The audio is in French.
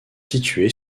situé